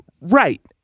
Right